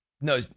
No